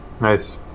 Nice